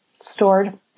stored